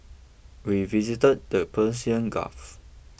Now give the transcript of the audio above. we visited the Persian Gulf